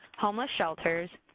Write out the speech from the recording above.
homeless shelters,